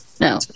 no